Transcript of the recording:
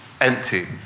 empty